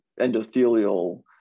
endothelial